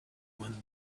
when